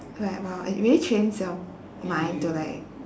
like !wow! it really trains your mind to like